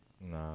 Nah